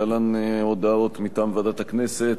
להלן הודעות מטעם ועדת הכנסת,